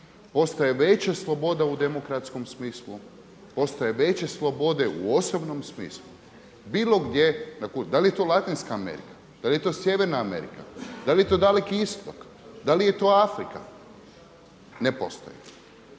postoji veća sloboda u demokratskom smislu, postoje veće slobode u osobnom smislu, bilo gdje na kugli zemaljskoj? Da li je to Latinska Amerika, da li je to Sjeverna Amerika, da li je to Daleki istok, da li je to Afrika? Ne postoji,